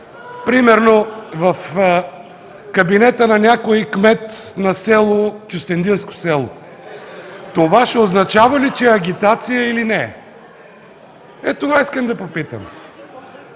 примерно в кабинета на някой кмет на кюстендилско село. Това ще означава ли, че е агитация или не? Ето това искам да попитам.